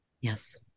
yes